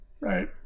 Right